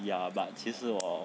ya but 其实 hor